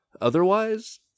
otherwise